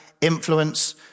influence